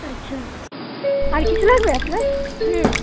আচ্ছা আর কিছু লাগবে আপনার হুম